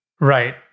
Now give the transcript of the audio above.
Right